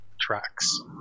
tracks